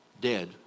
dead